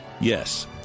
Yes